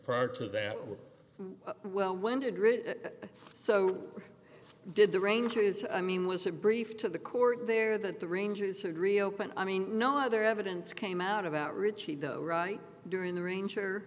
prior to that with well when did ridge so did the rangers i mean was it briefed to the court there that the rangers had reopened i mean no other evidence came out about richie though right during the ranger